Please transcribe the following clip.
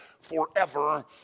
forever